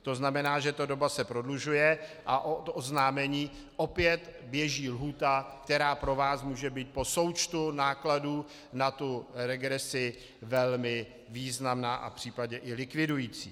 To znamená, že ta doba se prodlužuje a od oznámení opět běží lhůta, která pro vás může být po součtu nákladů na tu regresi velmi významná a případně i likvidující.